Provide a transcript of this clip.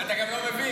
ואתה גם לא מבין.